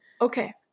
Okay